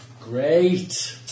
Great